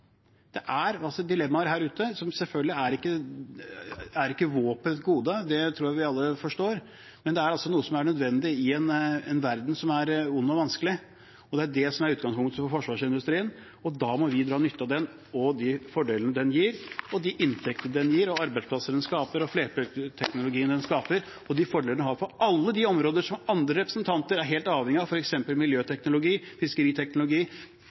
Det er dilemmaer her. Våpen er selvfølgelig ikke et gode – det tror jeg vi alle forstår – men det er noe som er nødvendig i en verden som er vond og vanskelig. Det er utgangspunktet for forsvarsindustrien, og da må vi dra nytte av den og de fordelene den gir, de inntektene den gir, arbeidsplassene og flerbruksteknologien den skaper, og de fordelene den gir på alle de områdene som andre representanter er helt avhengig av, f.eks. innenfor miljøteknologi og fiskeriteknologi.